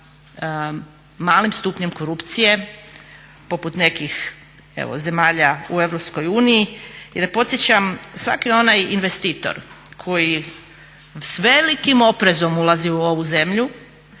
malim stupnjem korupcije, poput nekih evo zemalja u EU. Jer podsjećam svaki onaj investitor koji s velikim oprezom ulazi u ovu zemlju